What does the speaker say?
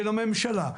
של הממשלה,